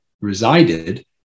resided